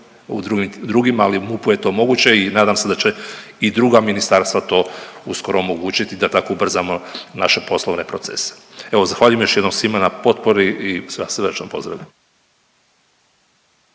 drugim, ali u MUP-u je to moguće i nadam se da će i druga ministarstva to uskoro omogućiti da tako ubrzamo naše poslovne procese. Evo zahvaljujem još jednom svima na potpori i sve vas srdačno pozdravljam.